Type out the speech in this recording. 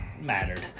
mattered